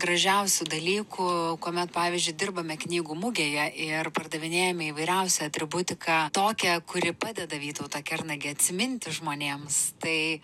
gražiausių dalykų kuomet pavyzdžiui dirbame knygų mugėje ir pardavinėjame įvairiausią atributiką tokią kuri padeda vytautą kernagį atsiminti žmonėms tai